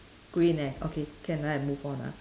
green eh okay can right move on ah